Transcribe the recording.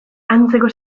antzeko